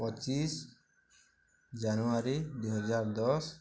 ପଚିଶ ଜାନୁଆରୀ ଦୁଇହଜାର ଦଶ